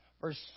verse